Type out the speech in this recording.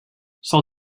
sol